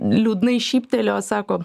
liūdnai šyptelėjo sako